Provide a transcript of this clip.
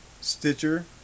Stitcher